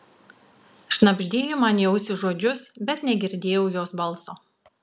šnabždėjo man į ausį žodžius bet negirdėjau jos balso